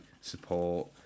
support